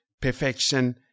perfection